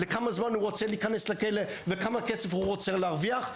לכמה זמן הוא רוצה להיכנס לכלא וכמה כסף הוא רוצה להרוויח,